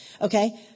Okay